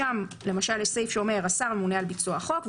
שם יש סעיף שאומר: השר ממונה על ביצוע החוקה